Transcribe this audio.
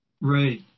Right